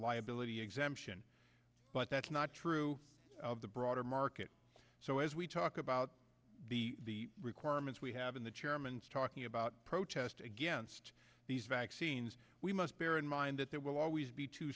liability exemption but that's not true of the broader market so as we talk about the requirements we have in the chairman's talking about protest against these vaccines we must bear in mind that there will always be two